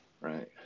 Right